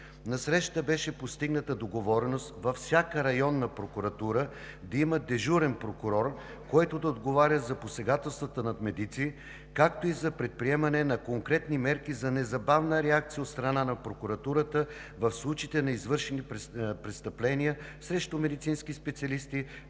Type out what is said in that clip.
На срещата беше постигната договореност във всяка районна прокуратура да има дежурен прокурор, който да отговаря за посегателствата над медици, както и за предприемане на конкретни мерки за незабавна реакция от страна на прокуратурата в случаите на извършени престъпления срещу медицински специалисти